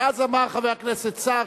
ואז אמר חבר הכנסת סער,